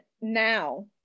now